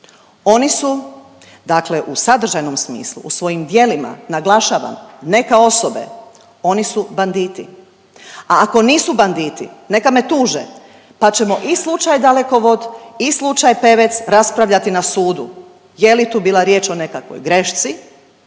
oni su, dakle u sadržajnom smislu, u svojim djelima, naglašavam, ne kao osobe, oni su banditi. A ako nisu banditi, neka me tuže pa ćemo i slučaj Dalekovod i slučaj Pevec raspravljati na sudu, je li tu bila riječ o nekakvoj grešci